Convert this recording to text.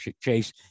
chase